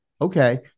Okay